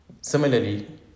Similarly